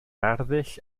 arddull